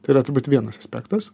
tai yra turbūt vienas aspektas